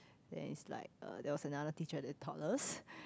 there is like there was another teacher who taught us